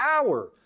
power